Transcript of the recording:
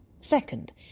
Second